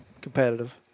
competitive